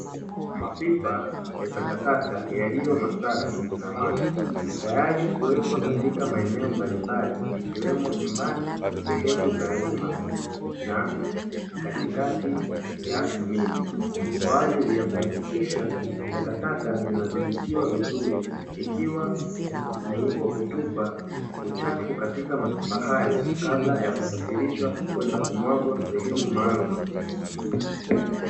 Mapipa ya takataka yaliyo masafi na mapya tayari kuwekwa katika maeneo mbalimbali ikiwemo nyumbani, sehemu za umma na katikati ya miji. kwa ajili ya kuhakikisha takataka zinadhibitiwa vizuri ikiwa ni huko kutupa uchafu katika mapipa hayo kabla ya kusafirishwa kabla ya kwenda kumwagwa sehemu maalumu.